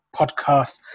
podcast